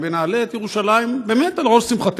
ונעלה את ירושלים באמת על ראש שמחתנו,